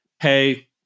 hey